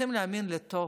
רוצים להאמין בטוב.